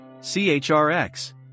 CHRX